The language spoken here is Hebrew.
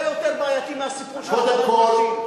יותר בעייתי מהסיפור של הדרת נשים.